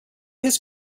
his